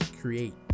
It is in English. create